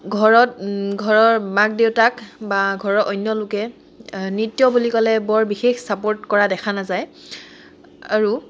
ঘৰত ঘৰৰ মাক দেউতাক বা ঘৰৰ অন্য লোকে নৃত্য বুলি ক'লে বৰ বিশেষ ছাপৰ্ট কৰা দেখা নাযায় আৰু